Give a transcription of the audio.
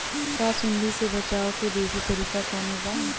का सूंडी से बचाव क देशी तरीका कवनो बा?